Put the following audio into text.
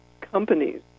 companies